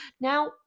Now